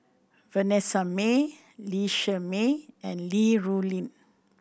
Vanessa Mae Lee Shermay and Li Rulin